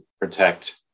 protect